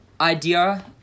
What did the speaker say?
idea